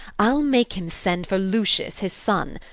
i'll make him send for lucius his son,